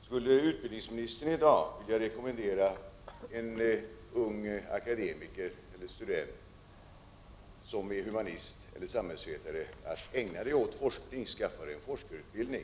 Skulle utbildningsministern i dag vilja rekommendera en student eller ung akademiker som är humanist eller samhällsvetare att ägna sig åt forskning och att skaffa sig en forskarutbildning?